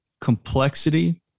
complexity